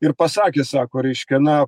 ir pasakė sako reiškia na